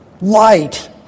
light